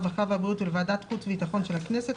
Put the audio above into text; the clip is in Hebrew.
ולוועדת העבודה הרווחה והבריאות של הכנסת של הכנסת,